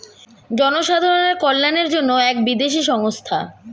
জনসাধারণের কল্যাণের জন্য এক বিদেশি সংস্থা